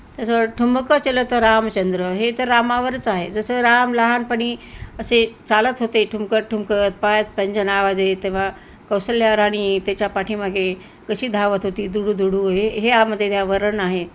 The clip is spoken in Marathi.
तसं ठुमक चलत रामचंद्र हे तर रामावरच आहे जसं राम लहानपणी असे चालत होते ठुमकत ठुमकत पायात पैंजण आवाज येत तेव्हा कौसल्या राणी त्याच्या पाठीमागे कशी धावत होती दुडूदुडू हे हे यामध्ये हे वर्णन आहे